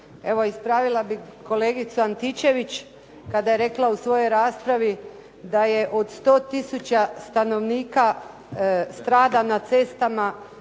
Evo ispravila bih kolegicu Antičević kada je rekla u svojoj raspravi da od 100 tisuća stanovnika strada na cestama